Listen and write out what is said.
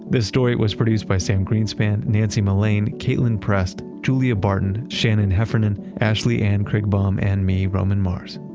this story was produced by sam greenspan, nancy mullane. caitlin prest, julia barton, shannon heffernan, ashley and craig boom and me roman mars.